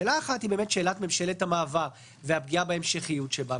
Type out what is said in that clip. שאלה ראשונה היא לגבי ממשלת המעבר והפגיעה בהמשכיות שבה.